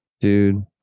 dude